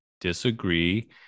disagree